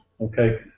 Okay